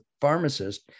pharmacist